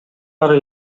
ары